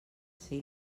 ser